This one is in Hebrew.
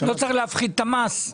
את המס.